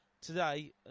today